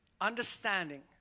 understanding